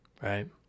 Right